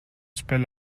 spill